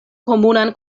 komunan